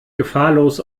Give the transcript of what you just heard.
gefahrlos